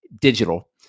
digital